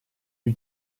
più